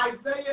Isaiah